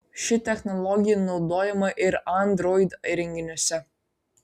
ši technologija naudojama ir android įrenginiuose